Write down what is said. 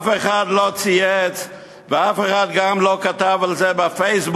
אף אחד לא צייץ ואף אחד גם לא כתב על זה בפייסבוק,